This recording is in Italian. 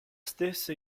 stessa